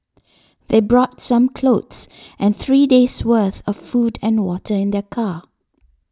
they brought some clothes and three days' worth of food and water in their car